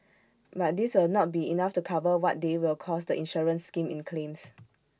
but this will not be enough to cover what they will cost the insurance scheme in claims